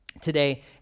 today